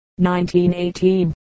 1918